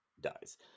dies